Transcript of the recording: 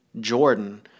Jordan